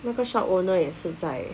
那个 shop owner 也是在